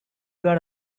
got